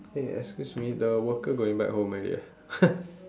eh excuse me the worker going back home already eh